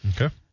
Okay